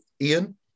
Ian